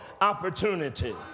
opportunity